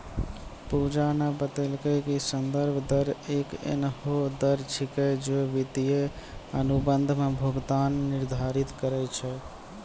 पूजा न बतेलकै कि संदर्भ दर एक एहनो दर छेकियै जे वित्तीय अनुबंध म भुगतान निर्धारित करय छै